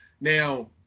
Now